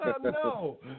No